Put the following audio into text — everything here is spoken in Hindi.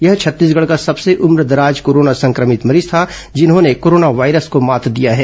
यह छत्तीसगढ़ का सबसे उम्रदराज कोरोना संक्रमित मरीज था जिन्होंने कोरोना वायरस को मात दिया है